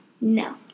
No